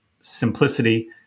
simplicity